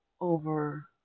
over